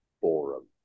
forum